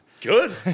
good